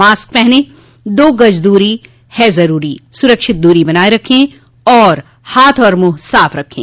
mask पहनें दो गज़ दूरी है ज़रूरी सुरक्षित दूरी बनाए रखें हाथ और मुंह साफ़ रखें